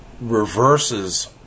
reverses